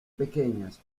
pequeñas